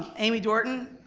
amy dorton,